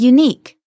Unique